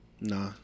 Nah